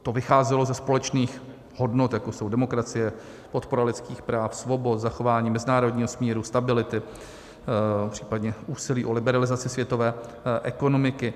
To vycházelo ze společných hodnot, jako jsou demokracie, podpora lidských práv, svobod, zachování mezinárodního smíru, stability, případně úsilí o liberalizaci světové ekonomiky.